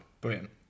brilliant